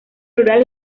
rural